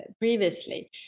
previously